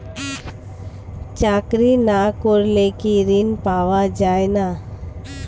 চাকরি না করলে কি ঋণ পাওয়া যায় না?